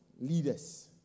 leaders